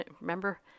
remember